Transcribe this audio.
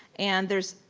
and there's,